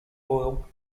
oil